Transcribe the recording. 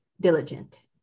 diligent